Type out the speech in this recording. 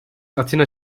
atina